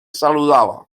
saludaba